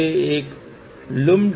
यह यहाँ का एम्पलीफायर था